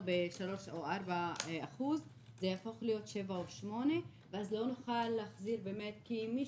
ב-3% או 4% תהפוך ל-7% או 8% ואז לא נוכל להחזיר את זה.